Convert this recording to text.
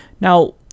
Now